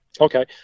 Okay